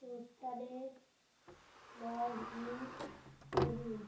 পোর্টালে log in করুন